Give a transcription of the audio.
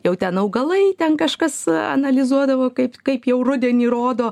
jau ten augalai ten kažkas analizuodavo kaip kaip jau rudenį rodo